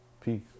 peace